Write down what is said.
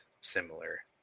similar